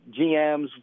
GMs